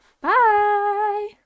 Bye